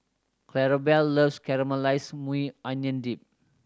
Clarabelle loves Caramelized Maui Onion Dip